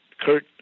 Kurt